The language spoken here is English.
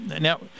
Now